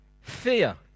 Fear